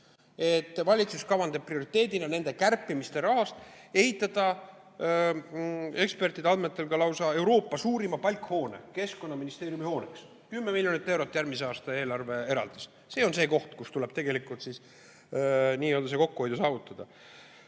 et valitsus kavandab prioriteedina nende kärpimiste rahaga ehitada ekspertide andmetel lausa Euroopa suurima palkhoone Keskkonnaministeeriumi hooneks. 10 miljonit eurot on järgmise aasta eelarve eraldis. See on see koht, kus tuleb tegelikult see kokkuhoid saavutada.